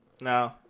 No